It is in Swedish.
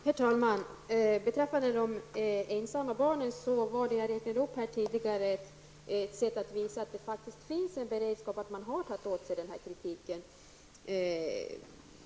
Herr talman! Beträffande de ensamma barnen har här tidigare visats att det finns en beredskap och att man har tagit åt sig av kritiken.